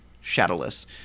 Shadowless